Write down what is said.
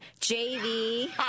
JV